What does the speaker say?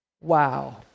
wow